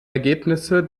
ergebnisse